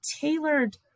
tailored